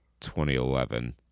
2011